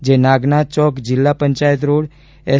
જે નાગનાથ ચોક જિલ્લા panchayat road S